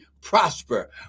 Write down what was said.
prosper